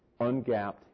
ungapped